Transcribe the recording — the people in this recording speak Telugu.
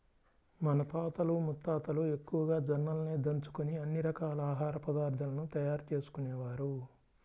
మన తాతలు ముత్తాతలు ఎక్కువగా జొన్నలనే దంచుకొని అన్ని రకాల ఆహార పదార్థాలను తయారు చేసుకునేవారు